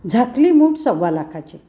झाकली मूठ सव्वा लाखाची